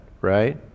right